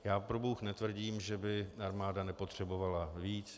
Já probůh netvrdím, že by armáda nepotřebovala víc.